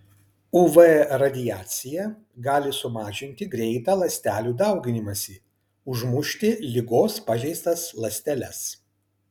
uv radiacija gali sumažinti greitą ląstelių dauginimąsi užmušti ligos pažeistas ląsteles